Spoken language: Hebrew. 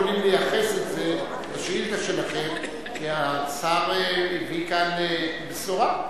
יכולים לייחס את זה לשאילתא שלכם כי השר הביא כאן בשורה,